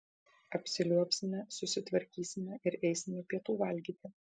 apsiliuobsime susitvarkysime ir eisime pietų valgyti